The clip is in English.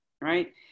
right